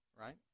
right